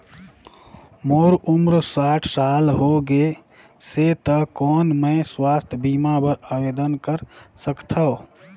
मोर उम्र साठ साल हो गे से त कौन मैं स्वास्थ बीमा बर आवेदन कर सकथव?